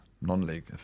non-league